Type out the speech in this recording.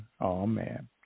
amen